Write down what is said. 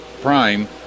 Prime